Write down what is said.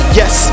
yes